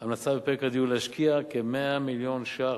היתה המלצה בפרק הדיור להשקיע כ-100 מיליון ש"ח